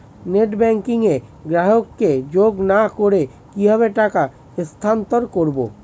Net banking এ গ্রাহককে যোগ না করে কিভাবে টাকা স্থানান্তর করব?